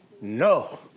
no